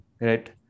right